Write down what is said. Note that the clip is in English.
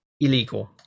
Illegal